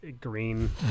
green